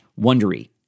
wondery